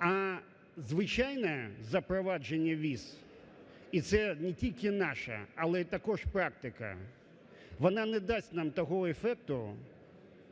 а звичайне запровадження віз, і це не тільки наша, але і також практика, вона не дасть нам того ефекту,